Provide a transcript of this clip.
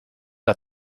got